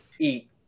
Eat